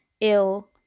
ill